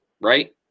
Right